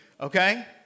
Okay